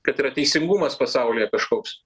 kad yra teisingumas pasaulyje kažkoks